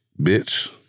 bitch